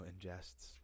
ingests